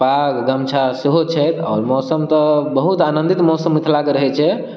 पाग गमछा सेहो छै आओर मौसम तऽ बहुत आनंदित मौसम मिथिलाके रहैत छै